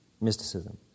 mysticism